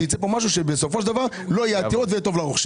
שייצא פה משהו שבסופו של דבר לא יהיו עתירות והוא יהיה טוב לרוכשים.